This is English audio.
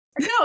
no